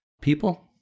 people